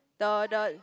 the the